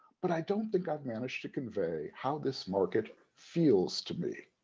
but i don't think i've managed to convey how this market feels to me.